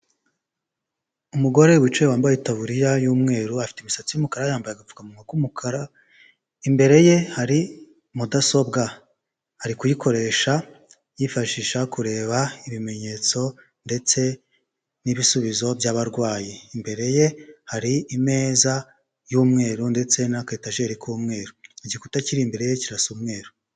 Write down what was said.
Umugore wicaye wambaye itaburiya y'umweru, afite imisatsi y'umukara, yambaye agapfukamuwa k'umukara, imbere ye hari mudasobwa, ari kuyikoresha yifashisha kureba ibimenyetso ndetse n'ibisubizo by'abarwayi. Imbere ye hari imeza y'umweru ndetse n'aka etajeri k'umweru, igikuta kiri imbere ye kirasa umweru.